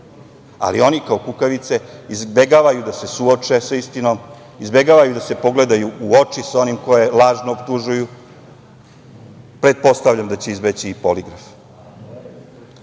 ali oni kao kukavice izbegavaju da se suoče sa istinom, izbegavaju da se pogledaju u oči sa onima koje lažno optužuju. Pretpostavljam da će izbeći i poligraf.No,